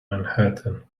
manhattan